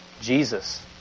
Jesus